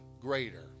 greater